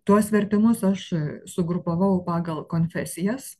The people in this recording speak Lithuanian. tuos vertimus aš sugrupavau pagal konfesijas